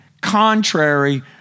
contrary